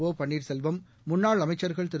ஒபன்வீர்செல்வம் முன்னாள் அமைச்சர்கள் திரு